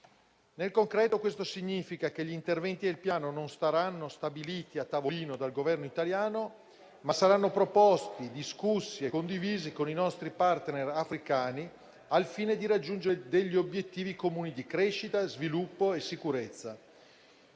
Nel concreto questo significa che gli interventi del Piano non saranno stabiliti a tavolino dal Governo italiano, ma saranno proposti, discussi e condivisi con i nostri *partner* africani, al fine di raggiungere degli obiettivi comuni di crescita, sviluppo e sicurezza.